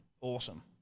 awesome